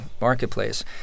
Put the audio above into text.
marketplace